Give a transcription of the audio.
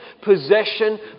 possession